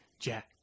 Jack